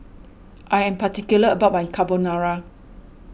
I am particular about my Carbonara